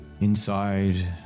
Inside